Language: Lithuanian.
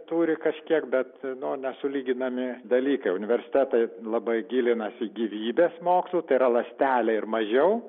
turi kažkiek bet nu nesulyginami dalykai universitetai labai gilinasi gyvybės mokslų tai yra ląstelė ir mažiau